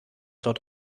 dort